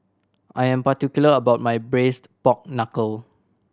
I'm particular about my Braised Pork Knuckle